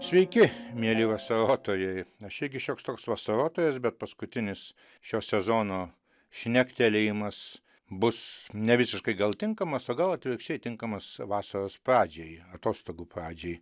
sveiki mieli vasarotojai aš irgi šioks toks vasarotojas bet paskutinis šio sezono šnektelėjimas bus ne visiškai gal tinkamas o gal atvirkščiai tinkamas vasaros pradžiai atostogų pradžiai